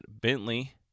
Bentley